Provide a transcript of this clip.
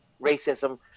racism